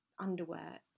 Underwear